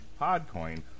Podcoin